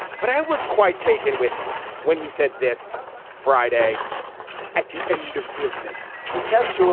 but i was quite taken with when he said this friday at the end of business the tests